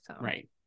Right